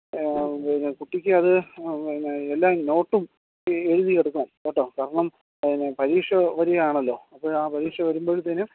പിന്നെ കുട്ടിക്കത് എല്ലാ നോട്ടും എഴുതിയെടുക്കണം കേട്ടോ കാരണം അതിന് പരീക്ഷ വരുകയാണല്ലോ അപ്പോൾ ആ പരീക്ഷ വരുമ്പോഴത്തേനും